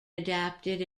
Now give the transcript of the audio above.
adapted